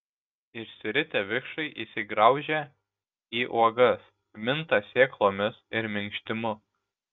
išsiritę vikšrai įsigraužia į uogas minta sėklomis ir minkštimu